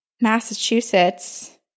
Massachusetts